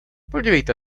podívejte